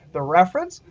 the reference?